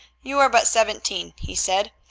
you are but seventeen, he said.